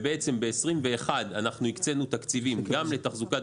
ובעצם ב-2021 אנחנו הקצינו תקציבים גם לתחזוקת